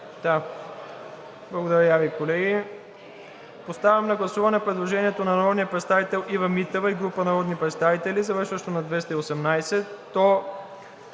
Благодаря Ви, колеги. Поставям на гласуване предложението на народния представител Ива Митева и група народни представители, завършващо на 218.